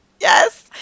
yes